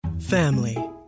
Family